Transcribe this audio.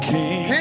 King